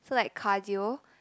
so like cardio